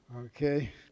okay